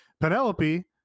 Penelope